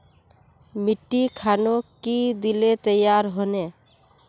मिट्टी खानोक की दिले तैयार होने?